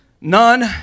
None